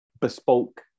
bespoke